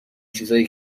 چیزای